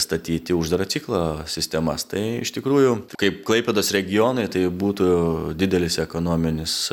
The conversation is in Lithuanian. statyti uždaro ciklo sistemas tai iš tikrųjų kaip klaipėdos regionui tai būtų didelis ekonominis